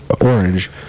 orange